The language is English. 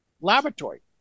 laboratory